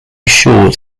short